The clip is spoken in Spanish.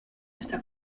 esta